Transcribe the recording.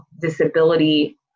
Disability